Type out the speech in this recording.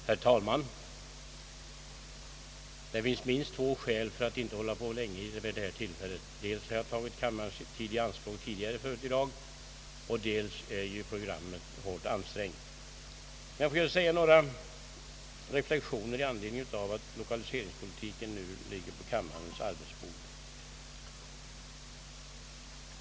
Herr talman! Det finns minst två skäl för mig att inte tala för länge vid detta tillfälle. Dels har jag tagit kammarens tid i anspråk tidigare i dag, dels är programmet hårt ansträngt. Jag skall emellertid göra några reflexioner i anledning av att ärendet om lokaliseringspolitiken nu = ligger på kammarens bord.